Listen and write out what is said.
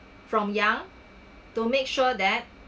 from young to make sure that